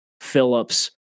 Phillips